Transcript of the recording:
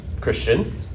Christian